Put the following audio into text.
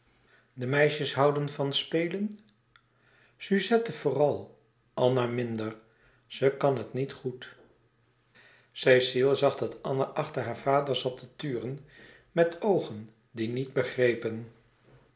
de meisjes houden van spelen suzette vooral anna minder ze kan het niet goed cecile zag dat anna achter haar vader zat te turen met oogen die niet begrepen